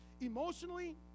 Emotionally